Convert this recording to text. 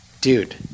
Dude